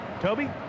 Toby